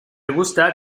gusta